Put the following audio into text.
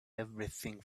everything